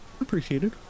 appreciated